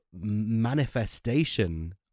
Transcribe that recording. manifestation